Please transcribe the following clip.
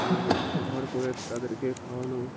ঘর করে তাদেরকে খাওয়ানো